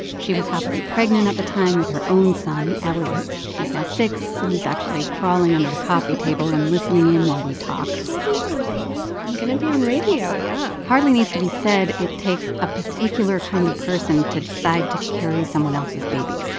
she was happily pregnant at the time with her own son, elliott. he's now six, and he's actually crawling under the coffee table and listening in while we talk is she being on radio? i'm going to be on radio, yeah hardly needs to be said it takes a particular kind of person to decide to carry someone else's baby.